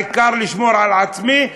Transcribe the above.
העיקר לשמור על עצמי,